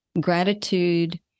Gratitude